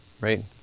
right